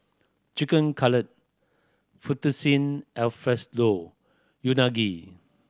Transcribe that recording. Chicken Footccine Unagi